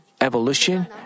evolution